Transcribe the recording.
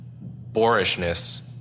boorishness